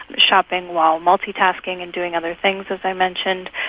shopping while multitasking and doing other things, as i mentioned,